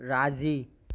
राज़ी